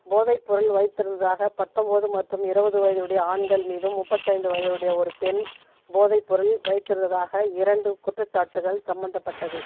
போதைப்பொருள் வைத்திருந்ததாக பத்தொம்போது மற்றும் இருபது வயதுடைய ஆண்கள் மீதும் முப்பத்தைந்து வயதுடைய ஒரு பெண் போதைப்பொருள் வைத்திருந்ததாக இரண்டு குற்றச்சாட்டுகள் சமந்தப்பட்டது